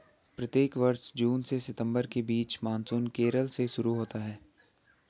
प्रत्येक वर्ष जून से सितंबर के बीच मानसून केरल से शुरू होता है